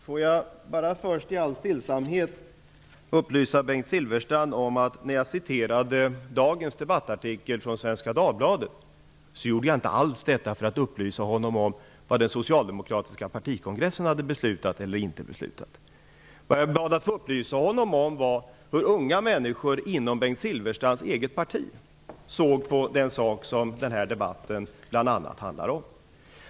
Herr talman! Låt mig först i all stillhet upplysa Bengt Silfverstrand om att jag inte citerade dagens debattartikel i Svenska Dagbladet för att upplysa honom om vad den socialdemokratiska partikongressen hade beslutat eller inte beslutat. Jag bad att få upplysa honom om hur unga människor inom Bengt Silfverstrands eget parti ser på den sak som den här debatten bl.a. handlar om.